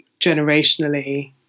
generationally